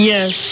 Yes